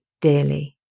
dearly